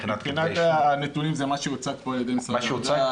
מבחינת הנתונים זה מה שהוצג פה על ידי משרד העבודה.